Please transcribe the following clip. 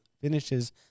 finishes